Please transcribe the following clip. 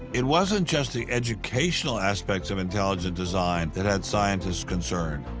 it wasn't just the educational aspects of intelligent design that had scientists concerned.